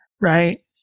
right